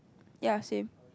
ya same